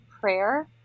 prayer